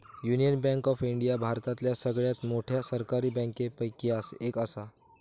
union bank of India भारतातल्या सगळ्यात मोठ्या सरकारी बँकांपैकी एक असा